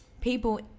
people